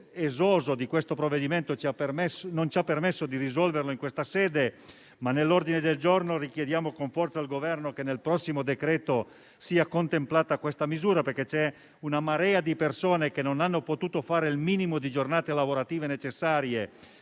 esoso di questo provvedimento non ci ha permesso di risolverlo in questa sede, ma nell'ordine del giorno richiediamo con forza al Governo che, nel prossimo decreto, sia contemplata questa misura, perché una marea di persone non hanno potuto fare il minimo di giornate lavorative necessarie